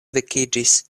vekiĝis